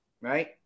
Right